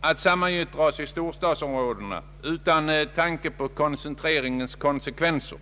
att sammangyttra oss i storstadsområdena utan tanke på koncentrationens konsekvenser.